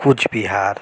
Cooch Behar